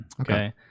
Okay